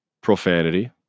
profanity